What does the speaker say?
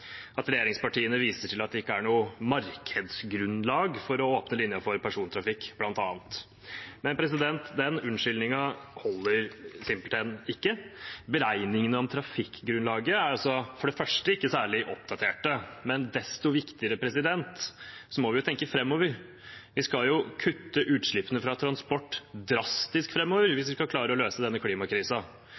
viser til at det ikke er noe markedsgrunnlag for å åpne linjen for persontrafikk, bl.a. Men den unnskyldningen holder simpelthen ikke. Beregningene om trafikkgrunnlaget er for det første ikke særlig oppdatert, og desto viktigere er det at vi må tenke framover. Vi må jo kutte utslippene fra transport drastisk framover hvis vi skal klare å løse denne